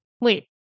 Wait